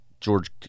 George